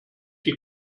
die